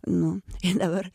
nu ir dabar